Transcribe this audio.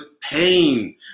pain